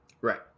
right